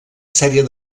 sèrie